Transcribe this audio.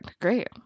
Great